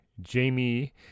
Jamie